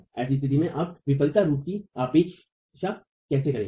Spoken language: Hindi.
ऐसी स्तिथि में आप विफलता स्वरूप की अपेक्षा कैसे करेंगे